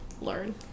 learn